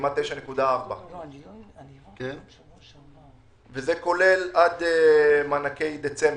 כמעט 9.4. וזה כולל עד מענקי דצמבר,